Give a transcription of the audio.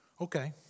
Okay